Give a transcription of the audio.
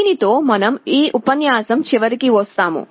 దీనితో మనం ఈ ఉపన్యాసం చివరికి వస్తాము